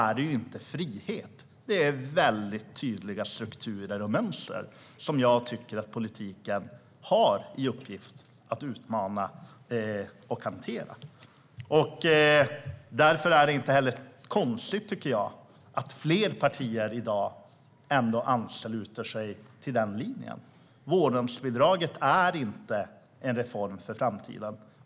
Den har inte lett till frihet. Det finns väldigt tydliga strukturer och mönster som jag tycker att politiken har i uppgift att utmana och hantera. Därför är det inte heller konstigt, tycker jag, att fler partier i dag ansluter sig till den linjen. Vårdnadsbidraget är inte en reform för framtiden.